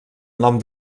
nom